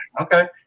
Okay